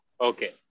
okay